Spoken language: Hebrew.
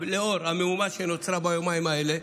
לאור המהומה שנוצרה ביומיים האלה,